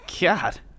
god